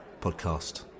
podcast